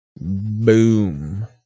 Boom